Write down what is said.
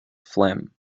phlegm